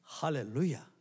Hallelujah